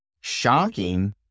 shocking